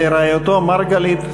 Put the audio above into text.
לרעייתו מרגלית,